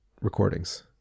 recordings